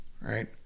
right